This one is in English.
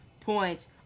points